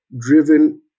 driven